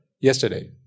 yesterday